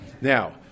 Now